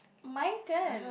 my turn